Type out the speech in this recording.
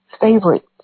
favorite